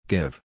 Give